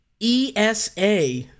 ESA